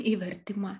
į vertimą